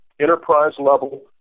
enterprise-level